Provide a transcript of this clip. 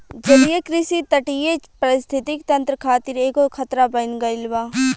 जलीय कृषि तटीय परिस्थितिक तंत्र खातिर एगो खतरा बन गईल बा